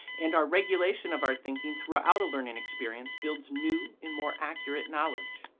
and our regulation of our thinking throughout a learning experience builds new and more accurate knowledge.